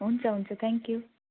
हुन्छ हुन्छ thank you